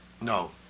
no